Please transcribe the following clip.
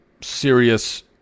serious